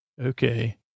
Okay